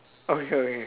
okay okay